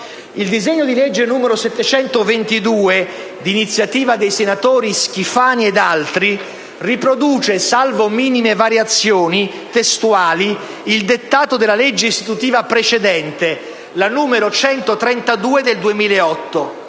Il disegno di legge n. 722 (d'iniziativa dei senatori Schifani e altri) riproduce, salvo minori variazioni testuali, il dettato della legge istitutiva precedente, la n. 132 del 2008.